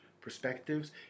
perspectives